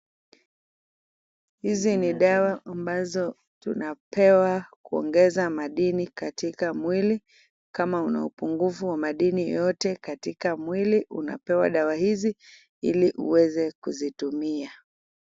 Hizi ni dawa ambazo tunapewa kuongeza madini katika mwili. Kama una upungufu wa madini yoyote katika mwili, unapewa dawa hizi ili uweze kuzitumia.